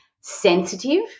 sensitive